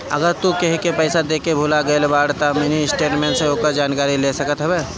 अगर तू केहू के पईसा देके भूला गईल बाड़ऽ तअ मिनी स्टेटमेंट से ओकर जानकारी ले सकत हवअ